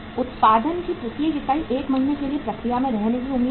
उत्पादन की प्रत्येक इकाई 1 महीने के लिए प्रक्रिया में रहने की उम्मीद है